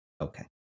Okay